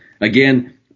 again